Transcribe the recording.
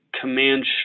command